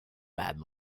bad